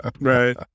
Right